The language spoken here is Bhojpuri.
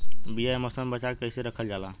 बीया ए मौसम में बचा के कइसे रखल जा?